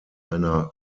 einer